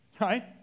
right